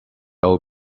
old